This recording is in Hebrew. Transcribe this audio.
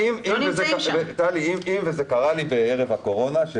קרה לי ערב הקורונה,